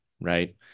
right